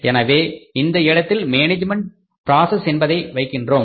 எனவே இந்த இடத்தில் மேனேஜ்மென்ட் ப்ராசஸ் என்பதை வைக்கின்றோம்